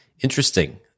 Interesting